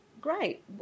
great